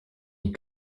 les